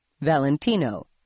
Valentino